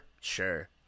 sure